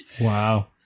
Wow